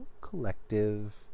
collective